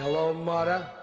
um but